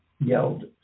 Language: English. yelled